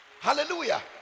Hallelujah